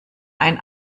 ein